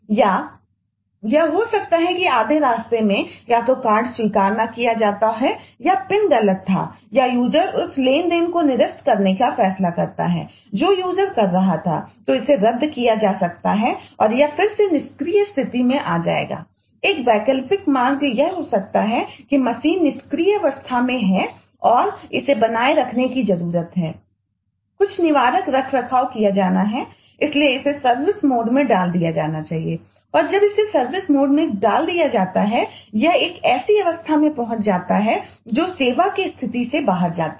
या यह हो सकता है कि आधे रास्ते में या तो कार्ड में डाल दिया जाता है यह एक ऐसी अवस्था में पहुँच जाता है जो सेवा की स्थिति से बाहर है